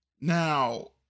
now